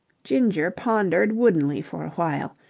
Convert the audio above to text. ginger pondered woodenly for a while.